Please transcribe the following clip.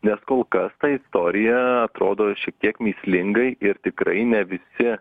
nes kol kas ta istorija atrodo šiek tiek mįslingai ir tikrai ne visi